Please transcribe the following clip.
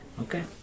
Okay